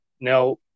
Now